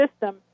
system